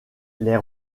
les